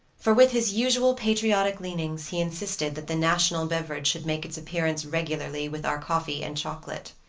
for with his usual patriotic leanings he insisted that the national beverage should make its appearance regularly with our coffee and chocolate.